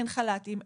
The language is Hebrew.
אין חל"תים,